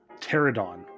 pterodon